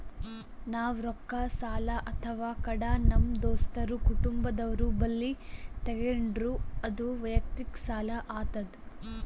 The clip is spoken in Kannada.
ನಾವ್ ರೊಕ್ಕ ಸಾಲ ಅಥವಾ ಕಡ ನಮ್ ದೋಸ್ತರು ಕುಟುಂಬದವ್ರು ಬಲ್ಲಿ ತಗೊಂಡ್ರ ಅದು ವಯಕ್ತಿಕ್ ಸಾಲ ಆತದ್